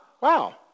wow